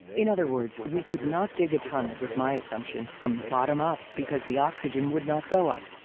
in other words, we could not dig a tunnel, with my assumption, from the bottom up because the oxygen would not go up.